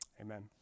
amen